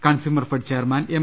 consumer fed chairman M